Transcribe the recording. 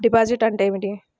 డిపాజిట్లు అంటే ఏమిటి?